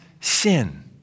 sin